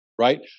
right